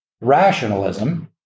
rationalism